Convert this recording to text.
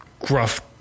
gruff